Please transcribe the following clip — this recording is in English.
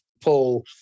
Paul